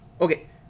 Okay